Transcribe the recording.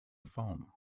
phone